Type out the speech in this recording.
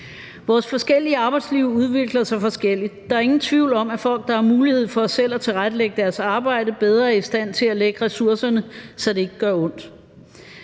Vores forskellige arbejdsliv udvikler sig forskelligt. Der er ingen tvivl om, at folk, der har mulighed for selv at tilrettelægge deres arbejde, bedre er i stand til at lægge ressourcerne, så det ikke gør ondt.